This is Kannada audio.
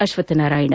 ಅಶ್ವತ್ಥನಾರಾಯಣ